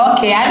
Okay